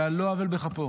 ועל לא עוול בכפו,